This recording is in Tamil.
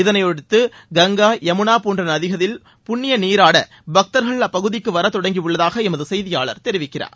இதனைபொட்டி கங்கா யமுனா போன்ற நதிகளில் புண்ணிய நீராட பக்தர்கள் அப்பகுதிக்கு வரத் தொடங்கியுள்ளதாக எமது செய்தியாளர் தெரிவிக்கிறார்